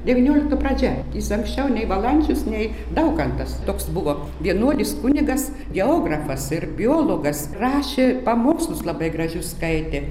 devyniolikto pradžia jis anksčiau nei valančius nei daukantas toks buvo vienuolis kunigas geografas ir biologas rašė pamokslus labai gražius skaitė